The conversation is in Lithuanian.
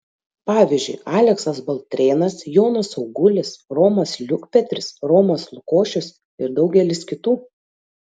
pavyzdžiui aleksas baltrėnas jonas augulis romas liukpetris romas lukošius ir daugelis kitų